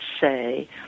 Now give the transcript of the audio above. say